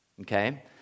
Okay